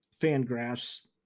Fangraphs